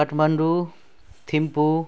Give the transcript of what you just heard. Kathmandu Thimphu